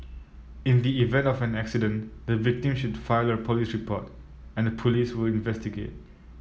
in the event of an accident the victim should file a police report and the police will investigate